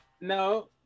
no